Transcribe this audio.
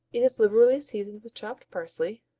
it is liberally seasoned with chopped parsley,